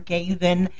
Gavin